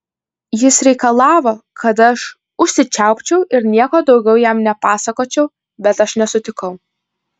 jis reikalavo kad aš užsičiaupčiau ir nieko daugiau jam nepasakočiau bet aš nesutikau